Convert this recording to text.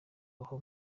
aho